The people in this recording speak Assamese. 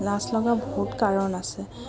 লাজ লগা বহুত কাৰণ আছে